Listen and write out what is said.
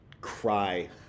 cry